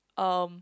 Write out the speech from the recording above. um